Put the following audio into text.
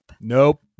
Nope